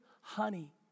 honey